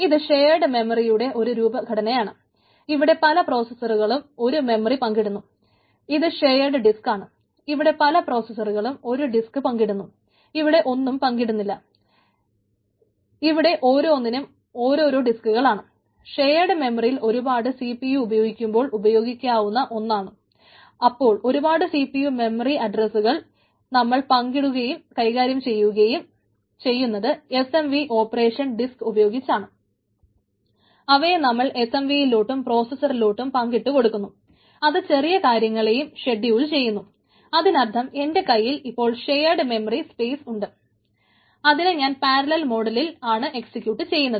ഇത് ഷെയേഡ് മെമ്മറിയുടെ ആണ് എക്സിക്യൂട്ട് ചെയ്യുന്നത്